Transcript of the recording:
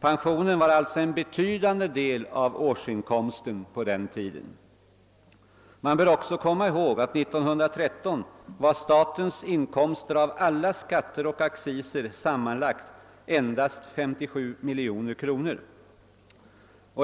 Pensionen var alltså en betydande del av årsinkomsten på den tiden. Man bör också komma ihåg att 1913 var statens inkomster av alla skatter och acciser sammanlagt endast 57 miljoner kronor.